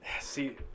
See